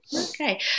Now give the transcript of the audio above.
okay